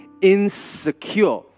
insecure